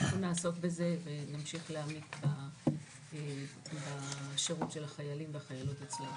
אנחנו נעסוק בזה ונמשיך להעמיק בשירות של החיילים והחיילות אצלנו.